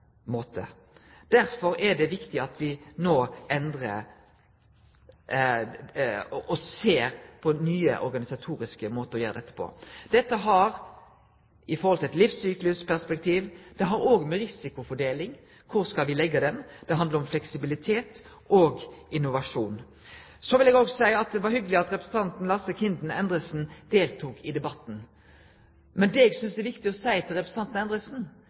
måte. Derfor er det viktig at vi no ser på nye organisatoriske måtar å gjere dette på. Dette har i eit livssyklusperspektiv òg med risikofordeling å gjere – kvar skal me leggje denne. Det handlar om fleksibilitet og innovasjon. Eg vil òg seie at det var hyggeleg at representanten Lasse Kinden Endresen deltok i debatten. Men eg synest det er viktig å seie til representanten Endresen